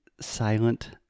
Silent